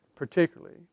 Particularly